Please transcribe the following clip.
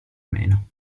meno